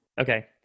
Okay